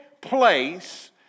place